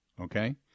okay